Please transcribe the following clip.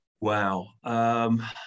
Wow